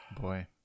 Boy